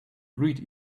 greet